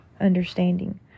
understanding